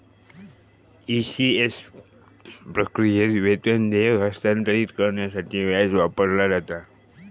ECS प्रक्रियेत, वेतन देयके हस्तांतरित करण्यासाठी व्याज वापरला जाता